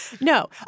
No